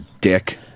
dick